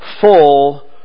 full